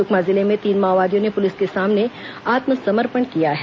सुकमा जिले में तीन माओवादियों ने पुलिस के सामने आत्मसमर्पण किया है